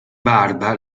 barba